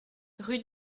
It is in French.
rue